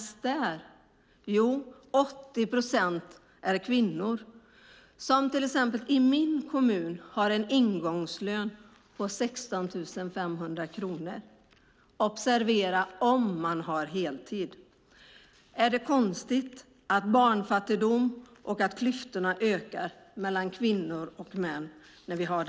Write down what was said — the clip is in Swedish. Det är till 80 procent kvinnor som i min hemkommun har en ingångslön på 16 500 kronor om de jobbar heltid. Är det konstigt att barnfattigdomen ökar och att klyftorna mellan kvinnor och män ökar?